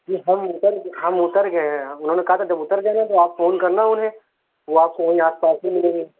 جی ہم اتر ہم اتر گئے ہیں یہاں انہوں نے کہا تھا جب اتر جانا تو آپ فون کرنا انہیں وہ آپ کو وہیں آس پاس ہی ملیں گے